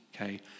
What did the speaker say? okay